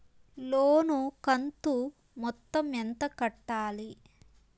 లోను కంతు మొత్తం ఎంత కట్టాలి?